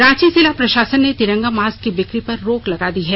रांची जिला प्रशासन ने तिरंगा मास्क की बिकी पर रोक लगा दी है